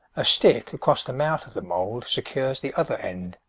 a stick across the mouth of the mould secures the other end.